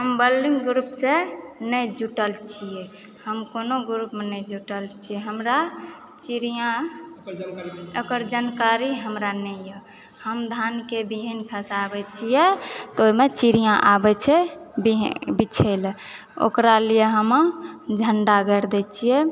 हम बल्डिंग ग्रुप सॅं नहि जुटल छियै हम कोनो ग्रुपमे नहि जुटल छियै हमरा चिड़िऑं ओकर जानकारी हमरा नहि यऽ हम धान के बिहीन खसाबै छियै तऽ ओहिमे चिड़िऑं आबि छै बिहीन बिछै लए ओकरा लिए हम झञ्डा गारि दै छियै